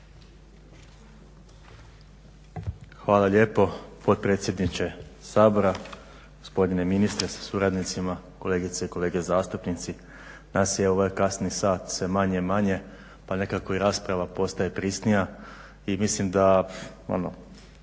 Hvala lijepo potpredsjedniče Sabora, gospodine ministre sa suradnicima, kolegice i kolege zastupnici, nas je ovaj kasni sat sve manje i manje pa nekako i rasprava postaje prisnija i mislim da